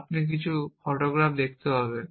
আপনি কিছু ফটোগ্রাফ দেখতে পাবেন